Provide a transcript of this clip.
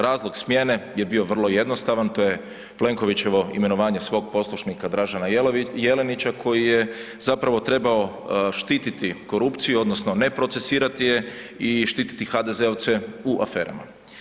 Razlog smjene je bio vrlo jednostavan, to je Plenkovićevo imenovanje svog poslušnika Dražena Jelenića koji je zapravo trebao štititi korupciju odnosno ne procesuirati je i štititi HDZ-ovce u aferama.